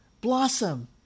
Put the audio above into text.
blossom